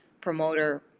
promoter